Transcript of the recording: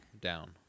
down